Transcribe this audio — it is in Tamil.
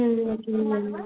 ah okay ma'am